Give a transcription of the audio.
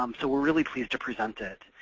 um so we're really pleased to present it.